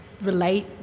relate